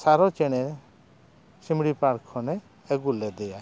ᱥᱟᱨᱚ ᱪᱮᱬᱮ ᱥᱤᱢᱲᱤ ᱯᱟᱨᱠ ᱠᱷᱚᱱᱮ ᱟᱹᱜᱩ ᱞᱮᱫᱮᱭᱟ